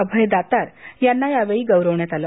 अभय दातार यांना यावेळी गौरवण्यात आलं